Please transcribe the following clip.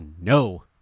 No